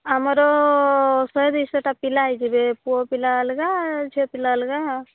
ଆମର ଶହେ ଦୁଇଶହଟା ପିଲା ହେଇଯିବେ ପୁଅ ପିଲା ଅଲଗା ଝିଅ ପିଲା ଅଲଗା